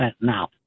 now